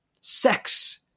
Sex